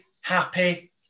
happy